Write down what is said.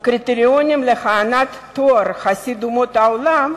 הקריטריונים להענקת תואר חסיד אומות העולם,